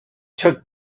took